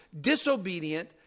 disobedient